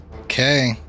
Okay